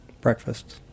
Breakfast